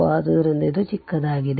ಆದ್ದರಿಂದ ಇದು ಚಿಕ್ಕದಾಗಿದೆ